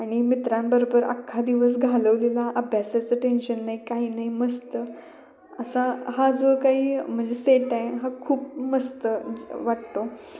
आणि मित्रांबरोबर अक्खा दिवस घालवलेला अभ्यासाचं टेन्शन नाही काही नाही मस्त असा हा जो काही म्हणजे सेट आहे हा खूप मस्त वाटतो